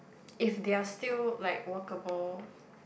if they are still like workable